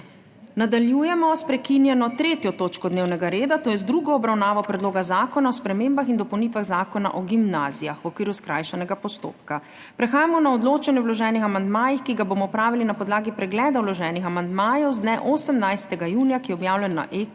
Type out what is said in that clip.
Nadaljujemo s prekinjeno 3. točko dnevnega reda, to je z drugo obravnavo Predloga zakona o spremembah in dopolnitvah Zakona o gimnazijah v okviru skrajšanega postopka. Prehajamo na odločanje o vloženih amandmajih, ki ga bomo opravili na podlagi pregleda vloženih amandmajev z dne 18. junija, ki je objavljen na